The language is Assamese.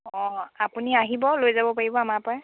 অঁ আপুনি আহিব লৈ যাব পাৰিব আমাৰপৰাই